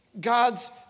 God's